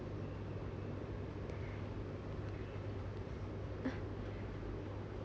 uh